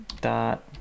dot